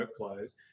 workflows